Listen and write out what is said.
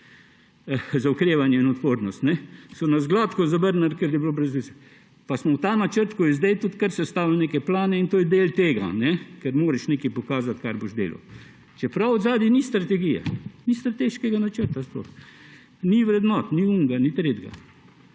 za okrevanje in odpornost, so nas gladko zavrnili, ker je bilo brez veze. Pa smo v tem načrtu, ki je zdaj, tudi kar sestavili neke plane in to je del tega, ker moraš nekaj pokazati, kar boš delal, čeprav zadaj ni strategije, ni strateškega načrta sploh, ni vrednot, ni onega, ni tretjega.